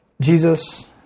Jesus